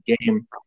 game